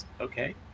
Okay